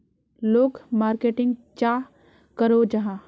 लोग मार्केटिंग चाँ करो जाहा?